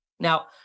Now